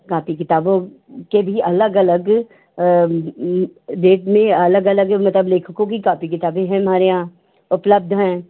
copy किताबों के भी अलग अलग बैग में अलग अलग जो मतलब लेखकों की कॉपी किताबें हैं हमारे यहां उपलब्ध